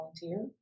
volunteer